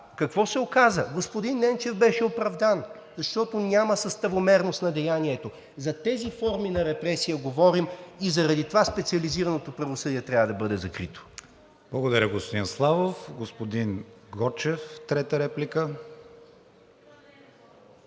Какво се оказа? Господин Ненчев беше оправдан, защото няма съставомерност на деянието. За тези форми на репресия говорим и заради това специализираното правосъдие трябва да бъде закрито. ПРЕДСЕДАТЕЛ КРИСТИАН ВИГЕНИН: Благодаря, господин Славов. Господин Гочев – трета реплика.